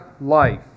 life